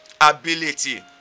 ability